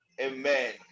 Amen